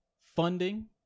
funding